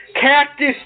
Cactus